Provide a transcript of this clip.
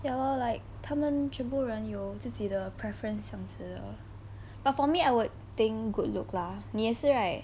ya lor like 他们全部人有自己的 preference 这样子 lor but for me I would think good look lah 你也是 right